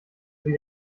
sie